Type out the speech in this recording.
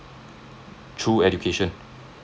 through education